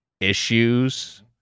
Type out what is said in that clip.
issues